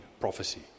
prophecy